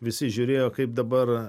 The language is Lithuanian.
visi žiūrėjo kaip dabar